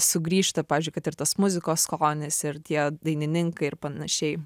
sugrįžta pavyzdžiui kad ir tas muzikos skonis ir tie dainininkai ir panašiai